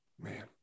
Man